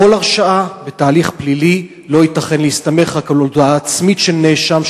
בכל הרשעה בתהליך פלילי לא ייתכן להסתמך רק על הודאה עצמית של נאשם,